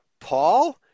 Paul